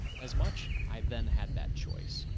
as much. i then had that choice,